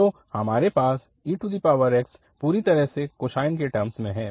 तो हमारे पास ex पूरी तरह से कोसाइन के टर्मस में है